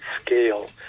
scale